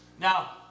Now